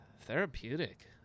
therapeutic